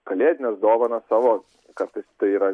kalėdines dovanas savo kartais tai yra